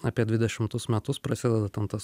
apie dvidešimtus metus prasideda ten tas